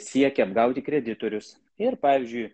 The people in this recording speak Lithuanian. siekia apgauti kreditorius ir pavyzdžiui